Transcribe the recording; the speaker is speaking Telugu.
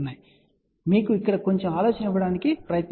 కాబట్టి మీకు ఇక్కడ కొంచెం ఆలోచన ఇవ్వడానికి ప్రయత్నిస్తున్నాను